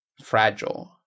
fragile